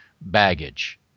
baggage